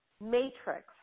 matrix